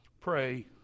pray